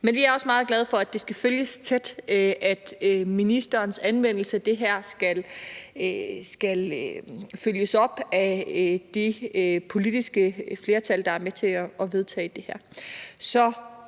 men vi er også meget glade for, at det skal følges tæt – at ministerens anvendelse af det her skal følges op af det politiske flertal, der er med til at vedtage det her. Så